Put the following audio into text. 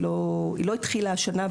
היא לא התחילה השנה.